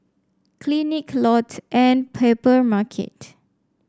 Clinique Lotte and Papermarket